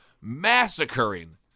massacring